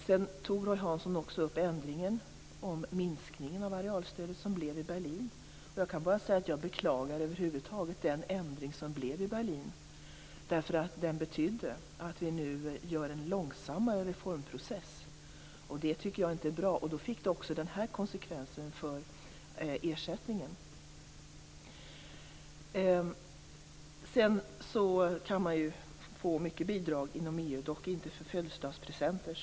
Berlin när det gäller minskningen av arealstödet. Jag kan bara säga att jag över huvud taget beklagar den ändring som blev i Berlin. Den betydde nämligen att reformprocessen blir långsammare, och det tycker jag inte är bra. Den fick också den här konsekvensen för ersättningen. Man kan få många bidrag inom EU, dock inte för födelsedagspresenter.